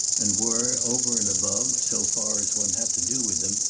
and were, over and above, so far as one had to do with them,